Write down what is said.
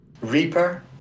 Reaper